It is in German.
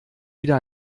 wieder